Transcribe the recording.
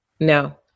No